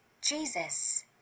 Jesus